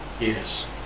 yes